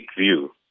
view